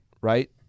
right